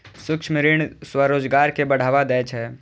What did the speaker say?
सूक्ष्म ऋण स्वरोजगार कें बढ़ावा दै छै